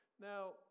Now